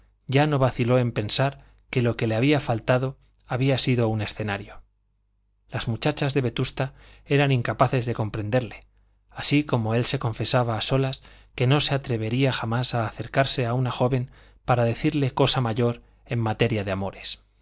vaciló en pensar que lo que le había faltado había sido un escenario las muchachas de vetusta eran incapaces de comprenderle así como él se confesaba a solas que no se atrevería jamás a acercarse a una joven para decirle cosa mayor en materia de amores